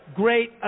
great